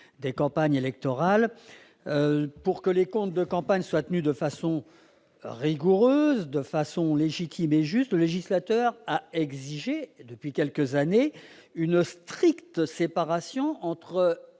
des campagnes électorales. Afin que les comptes de campagne soient tenus de façon rigoureuse, légitime et juste, le législateur exige depuis quelques années une stricte séparation entre